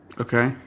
Okay